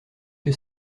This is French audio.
que